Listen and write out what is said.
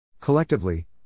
Collectively